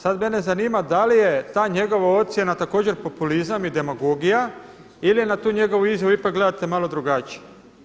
Sada mene zanima da li je ta njegova ocjena također populizam i demagogija ili na tu njegovu izjavu ipak gledate malo drugačije.